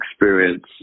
experience